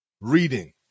reading